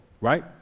right